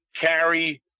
carry